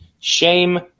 shame